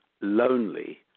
lonely